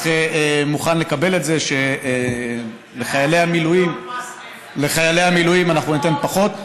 מוכן לקבל את זה שלחיילי המילואים אנחנו ניתן פחות.